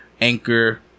Anchor